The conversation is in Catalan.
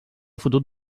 fotut